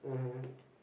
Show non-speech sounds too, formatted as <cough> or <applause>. mmhmm <breath>